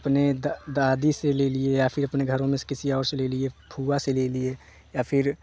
अपने दादी से ले लिए या फिर अपने घरों में से किसी और से ले लिए फूफा से ले लिए या फिर